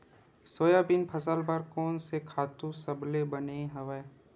Soybean फसल बर कोन से खातु सबले बने हवय?